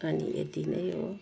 अनि यति नै हो